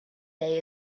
day